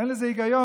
אין בזה היגיון.